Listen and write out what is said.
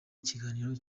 ikiganiro